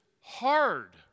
hard